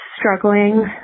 Struggling